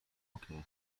oknie